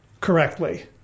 correctly